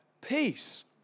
peace